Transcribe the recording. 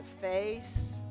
face